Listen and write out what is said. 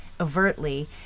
overtly